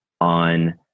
on